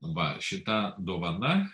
va šita dovana